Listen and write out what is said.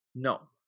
no